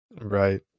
Right